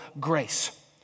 grace